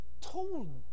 told